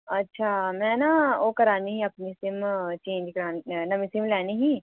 अच्छा में ना ओह् करानी ही अपनी सिम चेंज करानी नमीं सिम लैनी ही